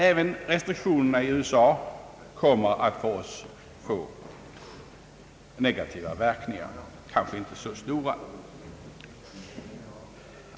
Även restriktionerna i USA kommer att för oss få negativa verkningar, ehuru kanske inte så stora.